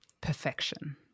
perfection